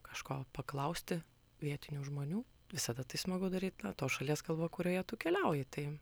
kažko paklausti vietinių žmonių visada tai smagu daryt na tos šalies kalba kurioje tu keliauji tai